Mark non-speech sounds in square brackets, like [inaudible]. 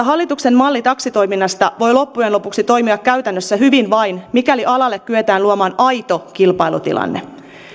[unintelligible] hallituksen malli taksitoiminnasta voi loppujen lopuksi toimia käytännössä hyvin vain mikäli alalle kyetään luomaan aito kilpailutilanne